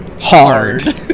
hard